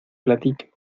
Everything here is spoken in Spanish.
platique